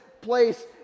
place